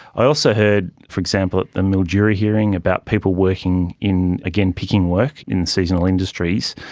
i also heard, for example, at the mildura hearing about people working in, again, picking work in seasonal industries,